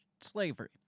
slavery